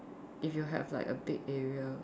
if you have like a big area